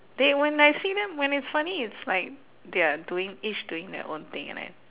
they when I see them when it's funny it's like they are doing each doing their own thing like that